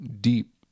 deep